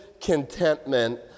contentment